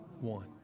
One